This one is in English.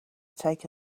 take